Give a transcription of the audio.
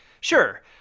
Sure